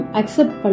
accept